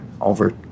over